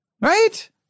Right